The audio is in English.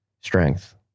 strength